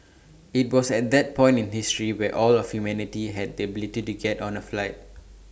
IT was at that point in history where all of humanity had the ability to get on A flight